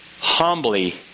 humbly